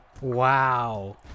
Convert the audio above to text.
Wow